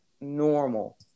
normal